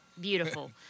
beautiful